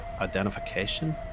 identification